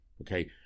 okay